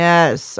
Yes